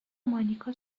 مانیکا